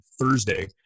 Thursday